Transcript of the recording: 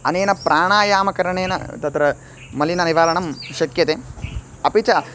अनेन प्राणायामकरणेन तत्र मलिननिवारणं शक्यते अपि च